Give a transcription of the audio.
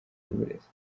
ry’uburezi